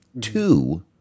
Two